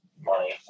money